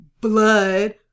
blood